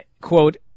quote